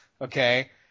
Okay